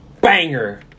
Banger